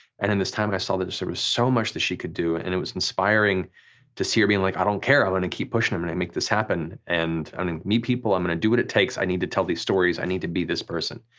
and in this time i saw there was sort of so much that she could do and it was inspiring to see her be and like i don't care, i wanna keep pushing, i'm and gonna make this happen, and i'm gonna meet people, i'm gonna do what it takes, i need to tell these stories, i need to be this person.